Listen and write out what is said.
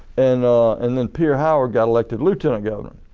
and and then pierre howard got elected lieutenant governor.